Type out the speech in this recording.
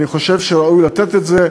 אני חושב שראוי לתת את זה.